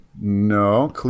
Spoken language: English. No